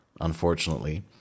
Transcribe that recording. unfortunately